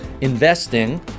investing